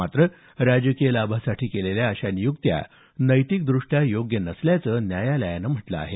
मात्र राजकीय लाभासाठी केलेल्या अशा नियुक्त्या नैतिकदृष्ट्या योग्य नसल्याचं न्यायालयानं म्हटलं आहे